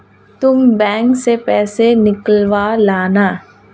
तुम बैंक से पैसे निकलवा लाना